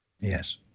Yes